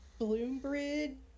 Bloombridge